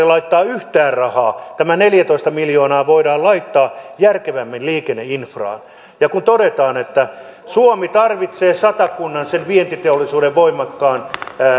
laittaa yhtään rahaa tämä neljätoista miljoonaa voidaan laittaa järkevämmin liikenneinfraan kun todetaan että suomi tarvitsee satakunnan sen vientiteollisuuden voimakkaan